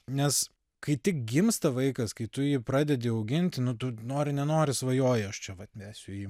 nes kai tik gimsta vaikas kai tu jį pradedi auginti nu tu nori nenori svajoji aš čia vat mesiu į